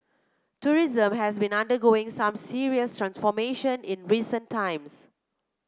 tourism has been undergoing some serious transformation in recent times